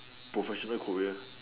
professional career